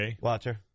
watcher